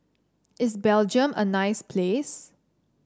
is Belgium a nice place